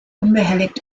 unbehelligt